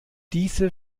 diese